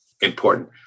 important